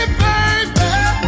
baby